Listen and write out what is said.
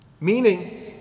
Meaning